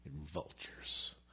Vultures